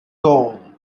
goal